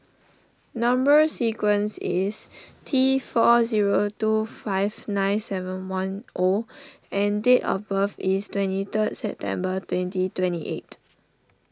Number Sequence is T four zero two five nine seven one O and date of birth is twenty third September twenty twenty eight